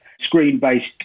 screen-based